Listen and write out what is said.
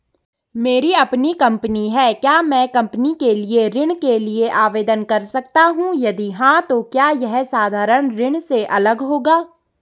मेरी अपनी कंपनी है क्या मैं कंपनी के लिए ऋण के लिए आवेदन कर सकता हूँ यदि हाँ तो क्या यह साधारण ऋण से अलग होगा?